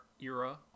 era